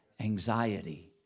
anxiety